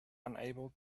unable